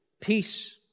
Peace